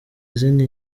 izindi